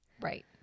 Right